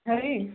Hari